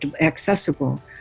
accessible